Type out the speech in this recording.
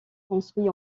construit